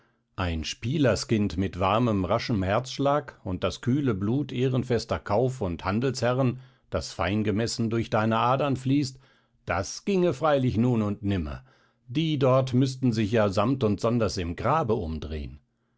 ein spielerskind mit warmem raschem herzschlag und das kühle blut ehrenfester kauf und handelsherren das fein gemessen durch deine adern fließt das ginge freilich nun und nimmer die dort müßten sich ja samt und sonders im grabe umdrehen